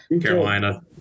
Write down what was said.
Carolina